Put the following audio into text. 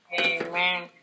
Amen